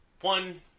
one